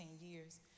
years